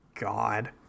God